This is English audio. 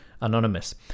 Anonymous